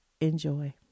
Enjoy